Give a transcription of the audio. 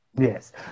Yes